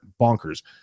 Bonkers